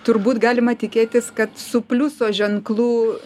turbūt galima tikėtis kad su pliuso ženklu